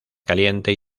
caliente